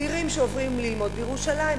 צעירים שעוברים ללמוד בירושלים,